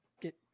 Get